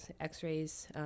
x-rays